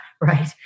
right